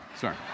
sorry